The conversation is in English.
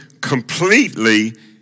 completely